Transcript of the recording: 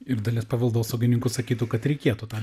ir dalis paveldosaugininkų sakytų kad reikėtų tą